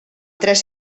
tres